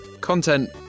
content